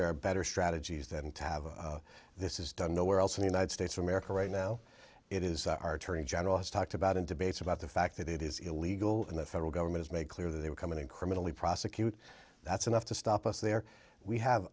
are better strategies than to have this is done nowhere else in the united states of america right now it is our attorney general has talked about and debates about the fact that it is illegal in the federal government is made clear that they were coming in criminally prosecute that's enough to stop us there we have